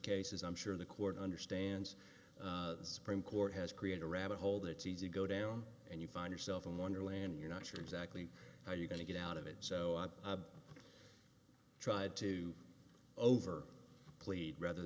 cases i'm sure the court understands the supreme court has created a rabbit hole that sees you go down and you find yourself in wonderland you're not sure exactly how you're going to get out of it so i tried to over plead rather